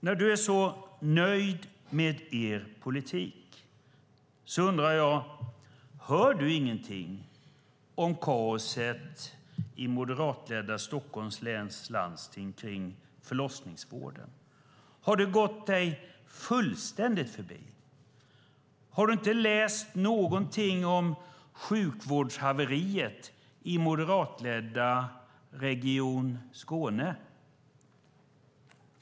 När du, Anders Borg, nu är så nöjd med er politik undrar jag: Hör du inget om kaoset i förlossningsvården i moderatledda Stockholms läns landsting? Har det gått dig fullständigt förbi? Har du inte läst något om sjukvårdshaveriet i moderatledda Region Skåne?